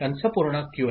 Qn D